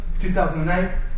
2008